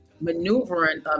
maneuvering